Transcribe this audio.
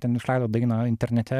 ten išleido dainą internete